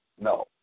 No